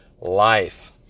life